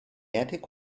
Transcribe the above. attic